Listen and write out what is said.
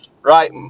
Right